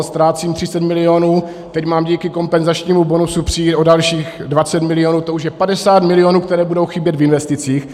Ztrácím 30 milionů, teď mám díky kompenzačnímu bonusu přijít o dalších 20 milionů, to už je 50 milionů, které budou chybět v investicích.